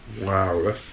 Wow